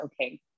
okay